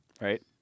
Right